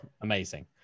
amazing